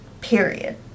period